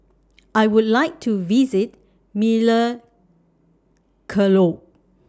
I Would like to visit